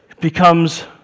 becomes